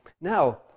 Now